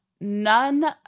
none